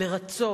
לרצות.